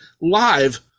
live